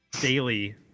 daily